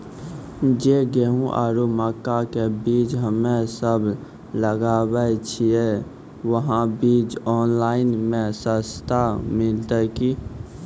जे गेहूँ आरु मक्का के बीज हमे सब लगावे छिये वहा बीज ऑनलाइन मे सस्ता मिलते की?